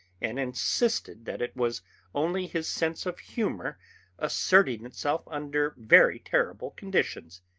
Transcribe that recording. and insisted that it was only his sense of humour asserting itself under very terrible conditions.